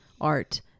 art